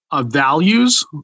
values